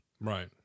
Right